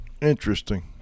Interesting